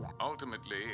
Ultimately